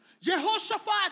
Jehoshaphat